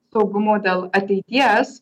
saugumo dėl ateities